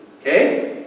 Okay